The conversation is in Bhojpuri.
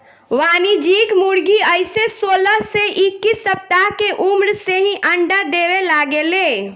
वाणिज्यिक मुर्गी अइसे सोलह से इक्कीस सप्ताह के उम्र से ही अंडा देवे लागे ले